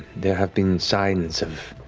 there have been signs of